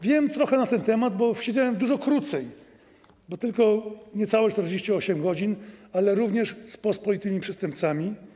Wiem trochę na ten temat, bo siedziałem dużo krócej, niecałe 48 godzin, ale również z pospolitymi przestępcami.